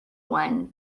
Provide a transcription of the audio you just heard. one